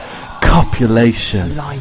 copulation